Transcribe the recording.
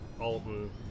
Alton